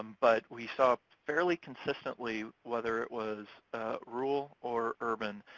um but we saw fairly consistently, whether it was rural or urban,